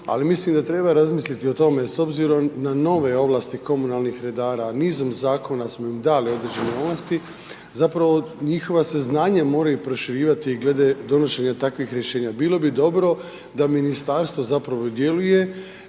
ali mislim da treba razmisliti o tome s obzirom na nove ovlasti komunalnih redara, nizom zakona smo im dali određene ovlasti, zapravo njihova se znanja moraju proširivati glede donošenja takvih rješenja. Bilo bi dobro da ministarstvo zapravo djeluje